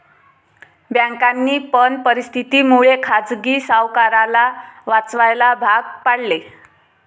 बँकांनी पण परिस्थिती मुळे खाजगी सावकाराला वाचवायला भाग पाडले